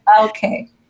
Okay